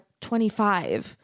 25